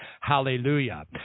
Hallelujah